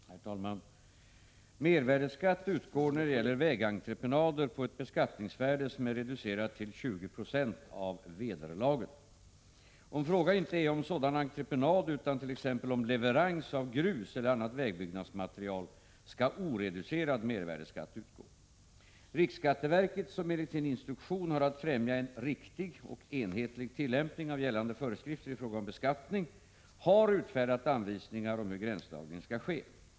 Herr talman! Mervärdesskatt utgår när det gäller vägentreprenader på ett beskattningsvärde som är reducerat till 20 96 av vederlaget. Om fråga inte är om sådan entreprenad, utan t.ex. om leverans av grus eller annat vägbyggnadsmaterial, skall oreducerad mervärdeskatt utgå. Riksskatteverket, som enligt sin instruktion har att främja en riktig och enhetlig tillämpning av gällande föreskrifter i fråga om beskattning, har utfärdat anvisningar om hur gränsdragningen skall ske.